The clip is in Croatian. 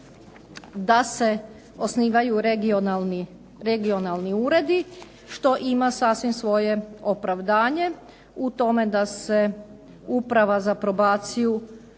da se osnivaju regionalni uredi što ima sasvim svoje opravdanje u tome da se Uprava za probaciju